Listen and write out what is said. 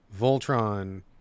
voltron